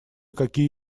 какие